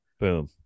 Boom